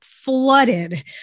flooded